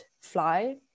fly